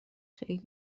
خیلی